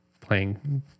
playing